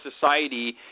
society –